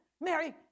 Mary